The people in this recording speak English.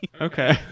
Okay